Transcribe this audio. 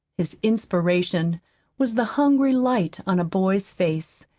his inspiration was the hungry light on a boy's face,